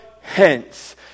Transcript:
hence